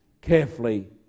carefully